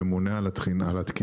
הממונה על התקינה,